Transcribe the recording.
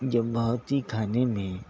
جو بہت ہی کھانے میں